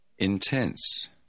Intense